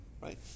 right